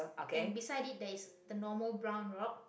and beside it there is the normal brown rock